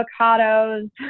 avocados